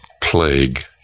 plague